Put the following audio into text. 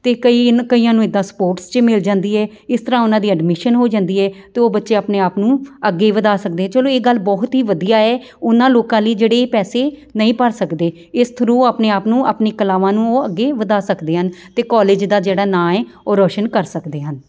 ਅਤੇ ਕਈ ਕਈਆਂ ਨੂੰ ਇੱਦਾਂ ਸਪੋਰਟਸ 'ਚ ਮਿਲ ਜਾਂਦੀ ਹੈ ਇਸ ਤਰ੍ਹਾਂ ਉਹਨਾਂ ਦੀ ਐਡਮਿਸ਼ਨ ਹੋ ਜਾਂਦੀ ਹੈ ਅਤੇ ਉਹ ਬੱਚੇ ਆਪਣੇ ਆਪ ਨੂੰ ਅੱਗੇ ਵਧਾ ਸਕਦੇ ਚਲੋ ਇਹ ਗੱਲ ਬਹੁਤ ਹੀ ਵਧੀਆ ਹੈ ਉਹਨਾਂ ਲੋਕਾਂ ਲਈ ਜਿਹੜੇ ਪੈਸੇ ਨਹੀਂ ਭਰ ਸਕਦੇ ਇਸ ਥਰੂ ਆਪਣੇ ਆਪ ਨੂੰ ਆਪਣੀ ਕਲਾਵਾਂ ਨੂੰ ਉਹ ਅੱਗੇ ਵਧਾ ਸਕਦੇ ਹਨ ਅਤੇ ਕੋਲਜ ਦਾ ਜਿਹੜਾ ਨਾਂ ਹੈ ਉਹ ਰੋਸ਼ਨ ਕਰ ਸਕਦੇ ਹਨ